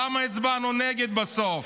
למה הצבענו נגד בסוף?